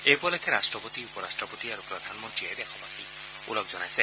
এই উপলক্ষে ৰট্টপতি উপ ৰট্টপতি আৰু প্ৰধানমন্ত্ৰীয়ে দেশবাসীক ওলগ জনাইছে